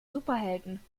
superhelden